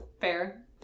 Fair